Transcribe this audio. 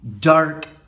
dark